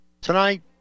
Tonight